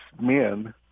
men